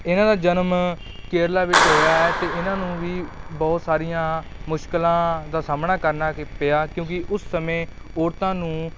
ਇਹਨਾਂ ਦਾ ਜਨਮ ਕੇਰਲਾ ਵਿੱਚ ਹੋਇਆ ਹੈ ਅਤੇ ਇਹਨਾਂ ਨੂੰ ਵੀ ਬਹੁਤ ਸਾਰੀਆਂ ਮੁਸ਼ਕਿਲਾਂ ਦਾ ਸਾਹਮਣਾ ਕਰਨਾ ਪਿਆ ਕਿਉਂਕਿ ਉਸ ਸਮੇਂ ਔਰਤਾਂ ਨੂੰ